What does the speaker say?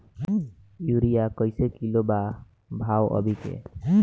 Urea कइसे kilo बा भाव अभी के?